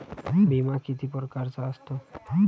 बिमा किती परकारचा असतो?